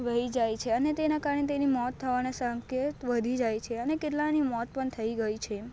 વહી જાય છે અને તેના કારણે તેની મોત થવાના સંકેત વધી જાય છે અને કેટલાયની મોત પણ થઈ ગઈ છે